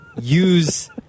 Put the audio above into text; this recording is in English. use